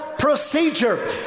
Procedure